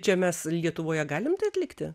čia mes lietuvoje galim tai atlikti